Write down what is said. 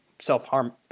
self-harm